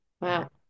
wow